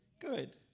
Good